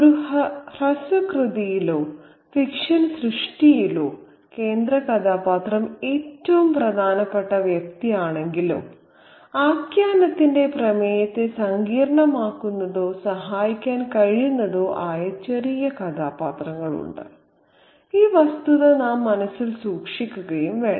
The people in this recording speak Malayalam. ഒരു ഹ്രസ്വ കൃതിയിലോ ഫിക്ഷൻ സൃഷ്ടിയിലോ കേന്ദ്രകഥാപാത്രം ഏറ്റവും പ്രധാനപ്പെട്ട വ്യക്തിയാണെങ്കിലും ആഖ്യാനത്തിന്റെ പ്രമേയത്തെ സങ്കീർണ്ണമാക്കുന്നതോ സഹായിക്കാൻ കഴിയുന്നതോ ആയ ചെറിയ കഥാപാത്രങ്ങളുണ്ട് ഈ വസ്തുത നാം മനസ്സിൽ സൂക്ഷിക്കുകയും വേണം